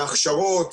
ההכשרות,